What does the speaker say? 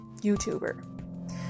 YouTuber